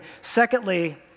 Secondly